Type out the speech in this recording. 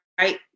right